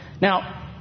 Now